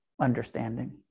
understanding